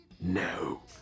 No